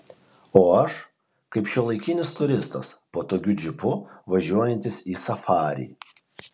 o aš kaip šiuolaikinis turistas patogiu džipu važiuojantis į safarį